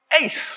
Ace